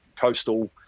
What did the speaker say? coastal